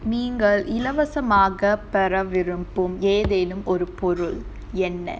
நீங்கள் இலவசமாக பெற விரும்பும் பொருள் ஏதேனும் ஒரு பொருள் என்ன:neengal ilavasamaaga pera virumbum porul edhenum oru porul enna